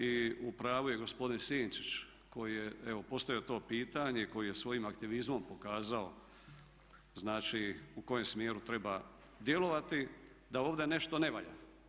I u pravu je gospodin Sinčić koji je evo postavio pitanje i koji je svojim aktivizmom pokazao znači u kojem smjeru treba djelovati da ovdje nešto ne valja.